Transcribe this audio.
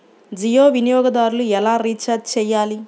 జియో వినియోగదారులు ఎలా రీఛార్జ్ చేయాలి?